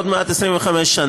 עוד מעט 25 שנה.